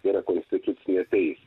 yra konstitucinė teisė